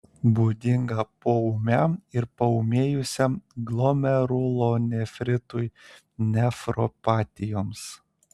būdinga poūmiam ir paūmėjusiam glomerulonefritui nefropatijoms